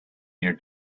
your